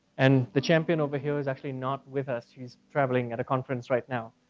and the champion over here was actually not with us. she's travelling at a conference right now,